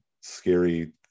scary